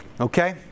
Okay